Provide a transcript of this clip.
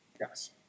Yes